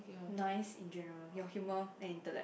nice in general your humour and intellect